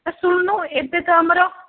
ଆଉ ଶୁଣୁନୁ ଏବେ ତ ଆମର